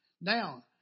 Now